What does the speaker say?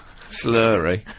slurry